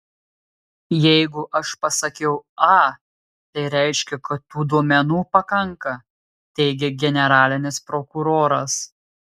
jeigu aš pasakiau a tai reiškia kad tų duomenų pakanka teigė generalinis prokuroras